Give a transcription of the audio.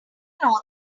know